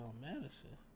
Madison